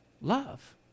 Love